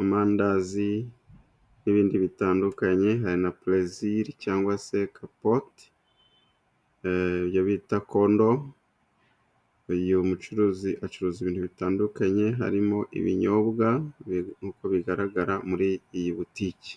amandazi n'ibindi bitandukanye, hari na purezili cyangwa se kapote bita kondomu. Uyu mucuruzi acuruza ibintu bitandukanye harimo ibinyobwa nk' uko bigaragara muri iyi butike.